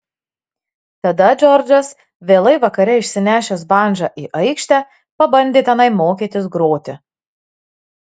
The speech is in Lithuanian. tada džordžas vėlai vakare išsinešęs bandžą į aikštę pabandė tenai mokytis groti